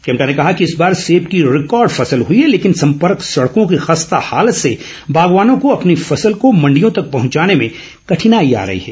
किमटा ने कहा कि इस बार सेब की रिकॉर्ड फसल हुई है लेकिन संपर्क सड़कों की खस्ता हालत से बागवानों को अपनी फसल को मण्डियों तक पहुंचाने में कठिनाई आ रही है